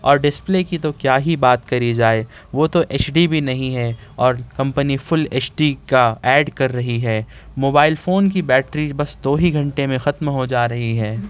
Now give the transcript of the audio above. اور ڈسپلے کی تو کیا ہی بات کری جائے وہ تو ایچ ڈی بھی نہیں ہے اور کمپنی فل ایچ ڈی کا ایڈ کر رہی ہے موبائل فون کی بیٹری بس دو ہی گھنٹے میں ختم ہو جا رہی ہے